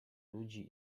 ludzi